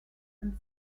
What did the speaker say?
and